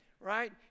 right